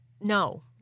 no